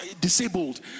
disabled